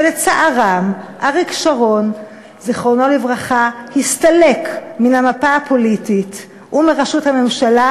שלצערם אריק שרון ז"ל הסתלק מהמפה הפוליטית ומראשות הממשלה